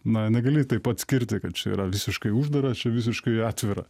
na negali taip atskirti kad čia yra visiškai uždara čia visiškai atvira